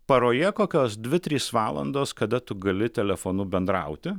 paroje kokios dvi trys valandos kada tu gali telefonu bendrauti